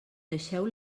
deixeu